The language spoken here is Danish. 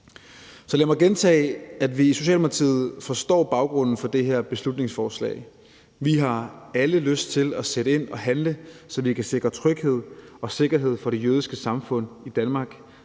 Lad mig gentage, at vi i Socialdemokratiet forstår baggrunden for det her beslutningsforslag. Vi har alle lyst til at sætte ind og handle, så vi kan sikre tryghed og sikkerhed for det jødiske samfund i Danmark.